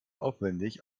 aufwendig